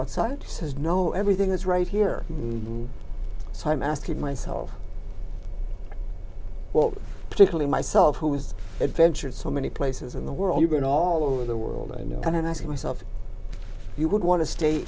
outside says no everything is right here so i'm asking myself well particularly myself who is adventurous so many places in the world are going all over the world i know and and i see myself you would want to stay